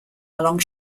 along